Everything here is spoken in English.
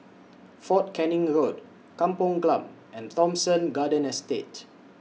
Fort Canning Road Kampung Glam and Thomson Garden Estate